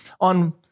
on